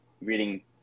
reading